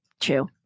True